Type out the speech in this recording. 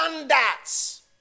standards